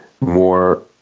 more